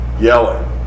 yelling